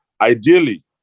Ideally